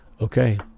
okay